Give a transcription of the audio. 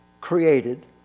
created